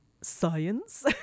science